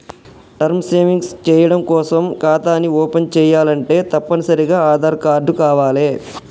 term savings చెయ్యడం కోసం ఖాతాని ఓపెన్ చేయాలంటే తప్పనిసరిగా ఆదార్ కార్డు కావాలే